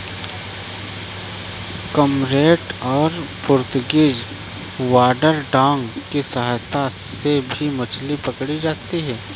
cormorant और Portuguese water dog की सहायता से भी मछली पकड़ी जाती है